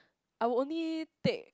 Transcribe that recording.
I would only take